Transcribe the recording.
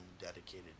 dedicated